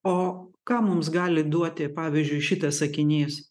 o ką mums gali duoti pavyzdžiui šitas sakinys